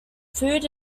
food